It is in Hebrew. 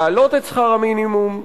להעלות את שכר המינימום,